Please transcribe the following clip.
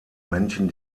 männchen